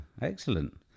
Excellent